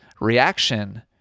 reaction